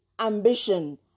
ambition